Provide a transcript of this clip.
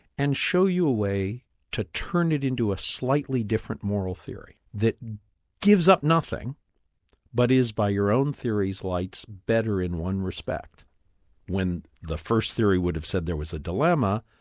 and show you a way to turn it into a slightly different moral theory, that gives up nothing but is, by your own theory's lights, better in one respect when the first theory would have said there was a dilemma,